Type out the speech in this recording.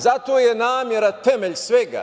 Zato je namera temelj svega.